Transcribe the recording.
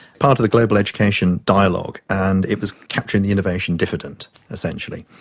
part of the global education dialogue, and it was capturing the innovation diffident essentially.